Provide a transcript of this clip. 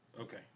Okay